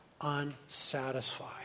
unsatisfied